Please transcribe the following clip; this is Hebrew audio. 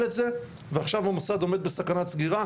את זה ועכשיו המוסד עומד בסכנת סגירה,